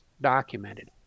documented